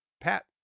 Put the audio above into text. Pat